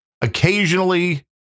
Occasionally